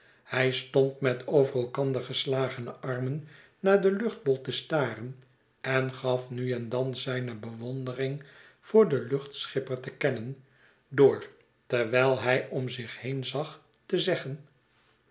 hij stond met over elkander geslagene armen naar den luchtbol te staren en gafnu en dan zijne bewondering voor den luchtschipper te kennen door terwijl hij om zich heen zag te zeggen